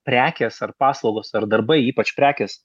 prekės ar paslaugos ar darbai ypač prekės